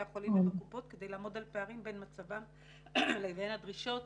החולים ובקופות כדי לעמוד על פערים בין מצבן לבין הדרישות